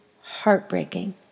heartbreaking